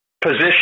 position